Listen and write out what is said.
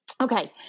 Okay